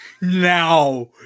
Now